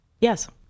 Yes